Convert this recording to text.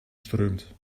strömt